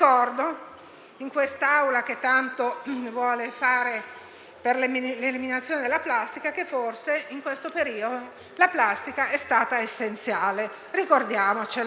in quest'Aula che tanto vuole fare per l'eliminazione della plastica, che forse, in questo periodo, la plastica è stata essenziale. Ricordiamocelo.